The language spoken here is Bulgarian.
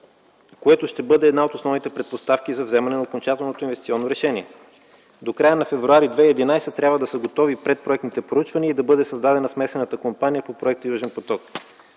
което ще бъде една от основните предпоставки за вземането на окончателното инвестиционно решение. До края на м. февруари 2011 г. трябва да са готови предпроектните проучвания и да бъде създадена смесената компания по проект „Южен поток”.